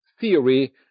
theory